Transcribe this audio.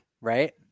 right